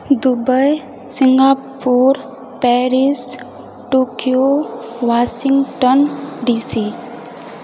Dubai Singapore Paris Tokyo Washington DC